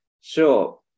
Sure